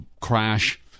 crash